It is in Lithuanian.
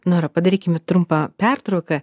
nora padarykime trumpą pertrauką